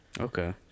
okay